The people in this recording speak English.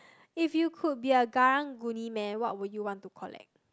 if you could be a karang guni man what would you want to collect